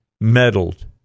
meddled